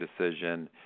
decision